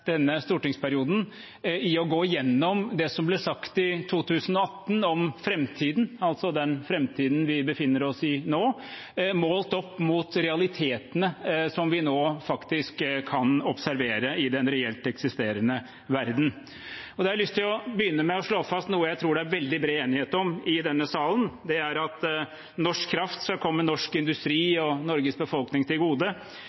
denne stortingsperioden til å gå gjennom det som ble sagt i 2018 om framtiden – altså den framtiden vi befinner oss i nå – målt opp mot realitetene vi nå faktisk kan observere i den reelt eksisterende verden. Da har jeg lyst til å begynne med å slå fast noe jeg tror det er veldig bred enighet om i denne salen. Det er at norsk kraft skal komme norsk